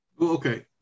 okay